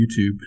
YouTube